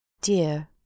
Dear